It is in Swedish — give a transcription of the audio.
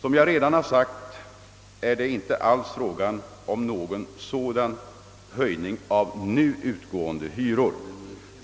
Som jag redan sagt är det inte alls fråga om någon sådan höjning av nu utgående hyror.